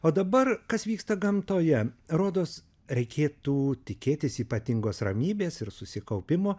o dabar kas vyksta gamtoje rodos reikėtų tikėtis ypatingos ramybės ir susikaupimo